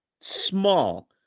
small